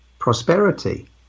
Prosperity